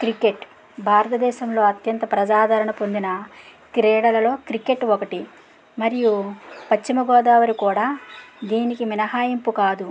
cricket భారతదేశంలో అత్యంత ప్రజాదారణ పొందిన క్రీడలలో క్రికెట్ ఒకటి మరియు పశ్చిమగోదావరి కూడా దీనికి మినహాయింపు కాదు